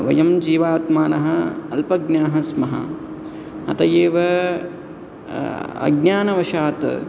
वयं जीवात्मानः अल्पाज्ञाः स्मः अत एव अज्ञानवशात्